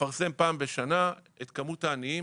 מפרסם פעם בשנה את כמות העניים.